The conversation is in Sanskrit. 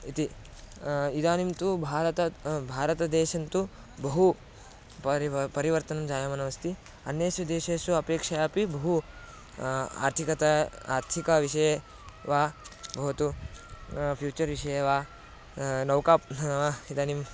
इति इदानीं तु भारतात् भारतदेशं तु बहु परिव परिवर्तनं जायमानमस्ति अन्येषु देशेषु अपेक्षया अपि बहु आर्थिकता आर्थिकविषये वा भवतु फ़्यूचर् विषये वा नौकाप् नाम इदानीं